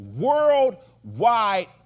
worldwide